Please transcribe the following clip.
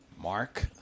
Mark